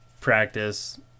practice –